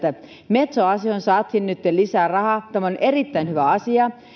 metso asiaan saatiin nytten lisää rahaa tämä on erittäin hyvä asia